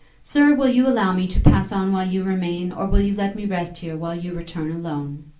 sir, will you allow me to pass on while you remain or will you let me rest here, while you return alone?